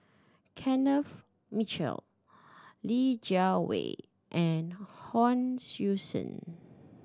Kenneth Mitchell Li Jiawei and Hon Sui Sen